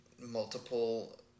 multiple